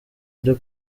ryo